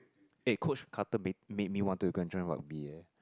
eh Coach-Carter make me want to go and join rugby eh